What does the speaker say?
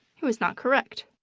it was not correct.